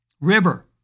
River